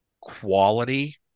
quality